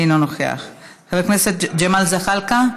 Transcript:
אינו נוכח, חבר הכנסת ג'מאל זחאלקה,